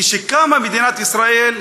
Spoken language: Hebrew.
כשקמה מדינת ישראל,